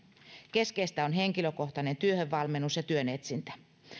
keskeistä on henkilökohtainen työhönvalmennus ja työn etsintä